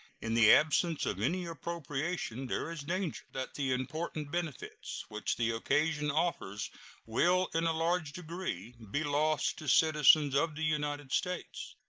in the absence of any appropriation, there is danger that the important benefits which the occasion offers will in a large degree be lost to citizens of the united states.